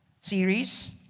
series